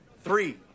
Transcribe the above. three